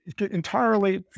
Entirely